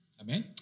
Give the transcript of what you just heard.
Amen